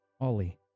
Ollie